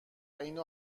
اینو